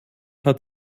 hat